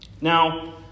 Now